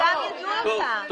כולם ידעו אותה.